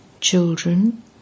Children